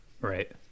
Right